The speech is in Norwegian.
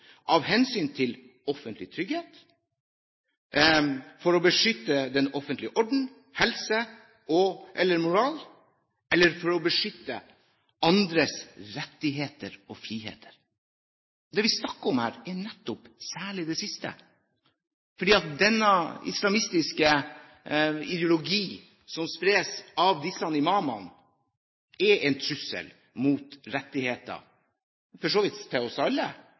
av hensyn til den offentlige trygghet, for å beskytte den offentlige orden, helse eller moral, eller for å beskytte andres rettigheter og friheter.» Det vi snakker om her, er nettopp særlig det siste, for den islamistiske ideologien som spres av disse imamene, er en trussel mot rettighetene til for så vidt oss alle,